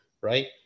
right